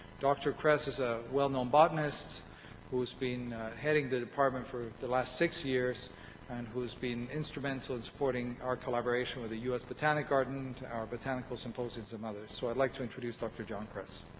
dr. kress is a well known botanist who's been heading the department for the last six years and who's been instrumental in supporting our collaboration with the us botanic gardens, our botanical symposiums and others, so i'd like to introduce dr. john kress.